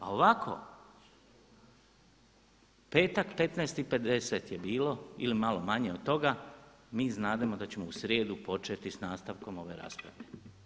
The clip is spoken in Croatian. A ovako, petak 15,50 je bilo ili malo manje od toga, mi znademo da ćemo u srijedu početi sa nastavkom ove rasprave.